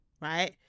right